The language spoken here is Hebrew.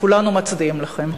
כולנו מצדיעים לכם.